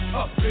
up